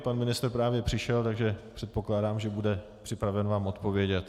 Pan ministr právě přišel, takže předpokládám, že bude připraven vám odpovědět.